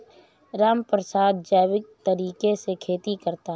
रामप्रसाद जैविक तरीके से खेती करता है